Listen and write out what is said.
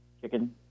Chicken